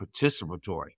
participatory